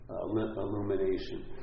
illumination